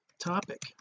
topic